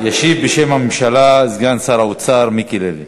ישיב בשם הממשלה סגן שר האוצר מיקי לוי.